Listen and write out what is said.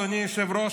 אדוני היושב-ראש,